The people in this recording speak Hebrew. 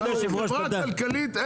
חברה כלכלית,